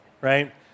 right